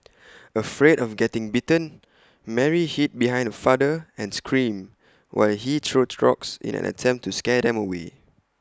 afraid of getting bitten Mary hid behind her father and screamed while he threw rocks in an attempt to scare them away